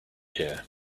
here